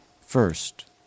First